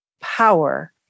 power